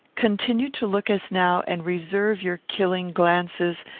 continue to look as now, and reserve your killing glances,